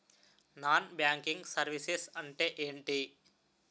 Non banking services అంటే ఎంటి?